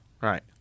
Right